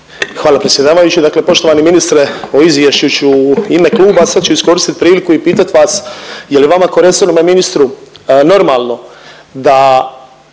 Hvala predsjedavajući. Dakle poštovani ministre, o izvješću ću u ime kluba, a sad ću iskoristit priliku i pitat vas je li vama ko resornome ministru normalno da